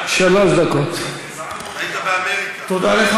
תודה לחבר